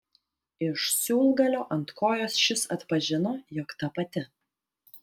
iš siūlgalio ant kojos šis atpažino jog ta pati